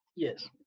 yes